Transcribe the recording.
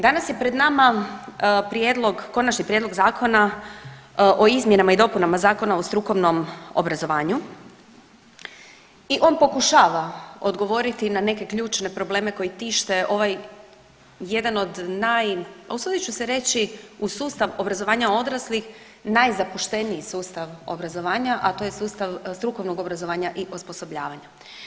Danas je pred nama prijedlog, Konačni prijedlog zakona o izmjenama i dopunama Zakona o strukovnom obrazovanju i on pokušava odgovoriti na neke ključne probleme koji tište ovaj jedan od naj, a usudit ću se reći u sustav obrazovanja odraslih najzapušteniji sustav obrazovanja, a to je sustav strukovnog obrazovanja i osposobljavanja.